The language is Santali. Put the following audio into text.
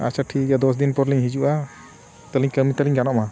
ᱟᱪᱪᱷᱟ ᱴᱷᱤᱠ ᱜᱮᱭᱟ ᱫᱚᱥ ᱫᱤᱱ ᱯᱚᱨ ᱞᱤᱧ ᱦᱤᱡᱩᱜᱼᱟ ᱛᱟᱦᱚᱞᱮ ᱠᱟᱹᱢᱤ ᱛᱟᱹᱞᱤᱧ ᱜᱟᱱᱚᱜᱼᱟ